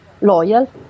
loyal